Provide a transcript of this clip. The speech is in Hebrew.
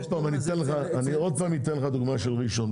עוד אני אתן לך דוגמא של ראשון.